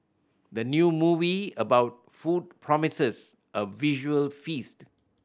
the new movie about food promises a visual feast